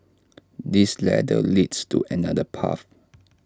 this ladder leads to another path